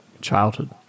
childhood